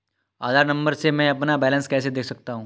आधार number से मैं अपना बैलेंस कैसे देख सकता हूँ?